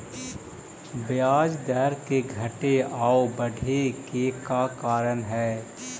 ब्याज दर के घटे आउ बढ़े के का कारण हई?